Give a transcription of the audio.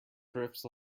drifts